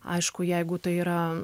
aišku jeigu tai yra